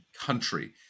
country